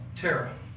Tara